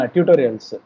Tutorials